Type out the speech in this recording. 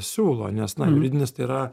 siūlo nes na juridinis tai yra